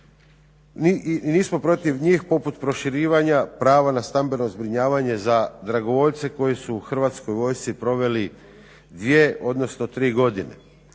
i nismo protiv njih poput proširivanja prava na stambeno zbrinjavanje za dragovoljce koji su u Hrvatskoj vojsci proveli dvije odnosno tri godine.